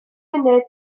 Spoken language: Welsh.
funud